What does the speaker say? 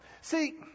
See